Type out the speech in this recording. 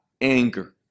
anger